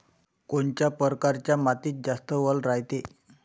कोनच्या परकारच्या मातीत जास्त वल रायते?